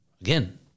Again